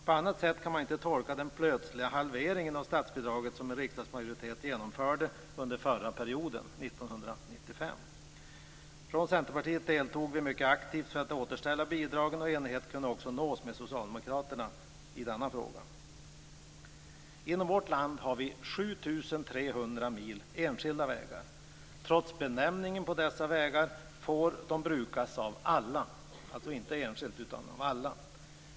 På annat sätt kan man inte tolka den plötsliga halvering av statsbidraget som en riksdagsmajoritet genomförde under den förra perioden, 1995. Från Centerpartiet deltog vi mycket aktivt för att återställa bidragen. Enighet kunde också nås med socialdemokraterna i denna fråga. Inom vårt land har vi 7 300 mil enskilda vägar. Trots benämningen på dessa vägar får de brukas av alla, alltså inte bara enskilt utan av alla.